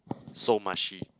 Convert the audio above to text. so mushy